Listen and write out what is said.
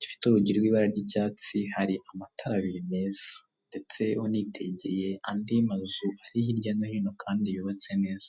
gifite urugi rw'ibara ry'icyatsi hari amatara abiri meza ndetse anitegeye andi mazu ari hirya no hino kandi yubatse neza.